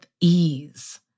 ease